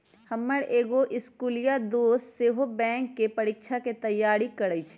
हमर एगो इस्कुलिया दोस सेहो बैंकेँ परीकछाके तैयारी करइ छइ